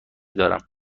دارم